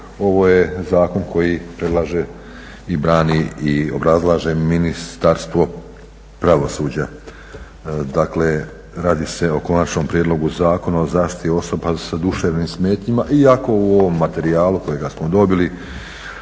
ovo je zakon koji predlaže i brani i obrazlaže Ministarstvo pravosuđa. Dakle, radi se o Konačnom prijedlogu zakona o zaštiti osoba sa duševnim smetnjama. Iako u ovom materijalu kojega smo dobili